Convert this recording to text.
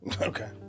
Okay